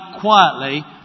quietly